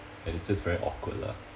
and it's just very awkward lah